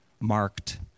marked